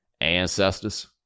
ancestors